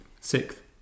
Sixth